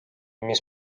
mis